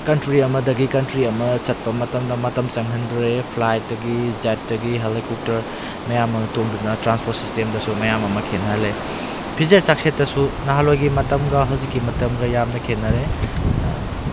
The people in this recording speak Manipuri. ꯀꯟꯇ꯭ꯔꯤ ꯑꯃꯗꯒꯤ ꯀꯟꯇ꯭ꯔꯤ ꯑꯃ ꯆꯠꯄ ꯃꯇꯝꯗ ꯃꯇꯝ ꯆꯪꯍꯟꯗ꯭ꯔꯦ ꯐ꯭ꯂꯥꯏꯠꯇꯒꯤ ꯖꯦꯠꯇꯒꯤ ꯍꯦꯂꯤꯀꯣꯞꯇꯔ ꯃꯌꯥꯝ ꯑꯃ ꯇꯣꯡꯗꯨꯅ ꯇ꯭ꯔꯥꯟꯁꯄꯣꯔꯠ ꯁꯤꯁꯇꯦꯝꯗꯁꯨ ꯃꯌꯥꯝ ꯑꯃ ꯈꯦꯠꯅꯍꯜꯂꯦ ꯐꯤꯖꯦꯠ ꯆꯥꯛꯁꯦꯠꯇꯁꯨ ꯅꯍꯥꯜꯋꯥꯏꯒꯤ ꯃꯇꯝꯒ ꯍꯧꯖꯤꯛꯀꯤ ꯃꯇꯝꯒ ꯌꯥꯝꯅ ꯈꯦꯟꯅꯔꯦ